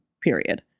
period